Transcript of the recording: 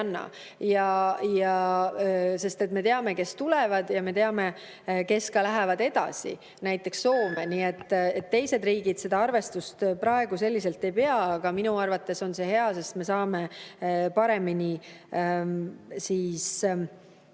anna. Me teame, kes tulevad, ja me teame, kes lähevad edasi näiteks Soome. Teised riigid seda arvestust praegu selliselt ei pea, aga minu arvates on see hea, sest me saame paremini